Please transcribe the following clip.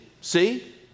see